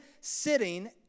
sitting